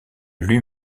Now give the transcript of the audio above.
lui